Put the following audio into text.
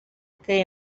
que